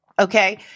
Okay